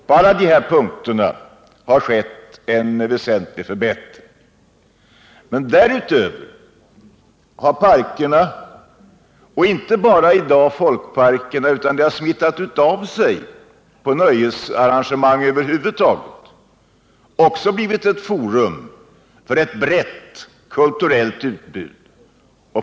På alla dessa punkter har en väsentlig förbättring skett. Men därutöver har parkerna — och det gäller i dag inte bara folkparkerna utan det har smittat av sig på nöjesarrangemang över huvud taget — också blivit ett forum för ett brett kulturellt utbud.